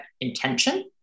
intention